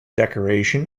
decoration